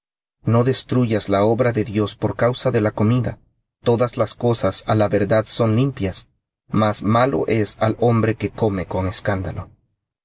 no destruyas la obra de dios por causa de la comida todas las cosas á la verdad son limpias mas malo es al hombre que come con escándalo